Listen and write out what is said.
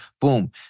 boom